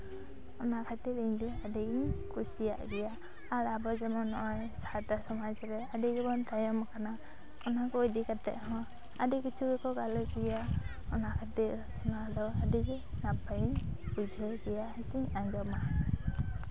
ᱚᱱᱟ ᱠᱷᱟᱹᱛᱤᱨ ᱤᱧ ᱫᱚ ᱟᱹᱰᱤ ᱜᱤᱧ ᱠᱩᱥᱤᱭᱟᱜ ᱜᱮᱭᱟ ᱟᱨ ᱟᱵᱚ ᱡᱮᱢᱚᱱ ᱱᱚᱜᱼᱚᱭ ᱥᱟᱱᱛᱟᱲ ᱥᱚᱢᱟᱡᱽ ᱨᱮ ᱟᱹᱰᱤ ᱜᱮᱵᱚᱱ ᱛᱟᱭᱚᱢᱟᱠᱟᱱᱟ ᱚᱱᱟ ᱠᱚ ᱤᱫᱤ ᱠᱟᱛᱮ ᱦᱚᱸ ᱟᱹᱰᱤ ᱠᱤᱪᱷᱩ ᱜᱮᱠᱚ ᱜᱟᱞᱚᱪ ᱜᱮᱭᱟ ᱟᱨᱚ ᱚᱱᱟᱛᱮ ᱱᱚᱣᱟ ᱫᱚ ᱟᱹᱰᱤ ᱜᱮ ᱱᱟᱯᱟᱭᱤᱧ ᱵᱩᱡᱷᱟᱹᱣ ᱜᱮᱭᱟ ᱥᱮᱧ ᱟᱸᱡᱚᱢᱟ